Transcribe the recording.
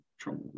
trouble